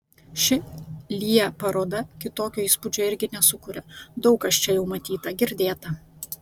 ši lya paroda kitokio įspūdžio irgi nesukuria daug kas čia jau matyta girdėta